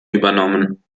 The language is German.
übernommen